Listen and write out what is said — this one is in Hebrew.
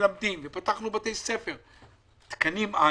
מלמדים ופתחנו בתי הספר אך אין תקנים.